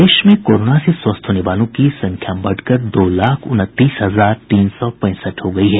प्रदेश में कोरोना से स्वस्थ होने वालों की संख्या बढ़कर दो लाख उनतीस हजार तीन सौ पैंसठ हो गयी है